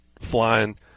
flying